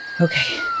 Okay